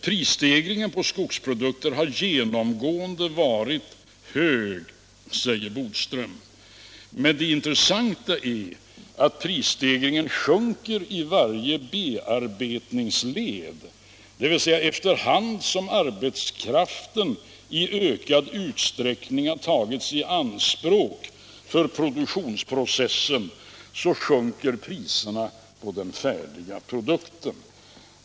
Prisstegringen på skogsprodukter har genomgående varit hög, säger Bodström. Men det intressanta är att prisstegringen sjunker i varje bearbetningsled, dvs. efter hand som arbetskraften i ökad utsträckning har tagits i anspråk för produktionsprocessen sjunker priserna på den färdiga produkten.